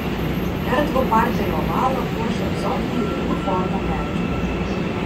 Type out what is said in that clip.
erdvų parterio ovalą puošia egzotiniai įvairių formų medžiai